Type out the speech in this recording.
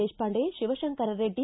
Deshpande Shivashankar Reddy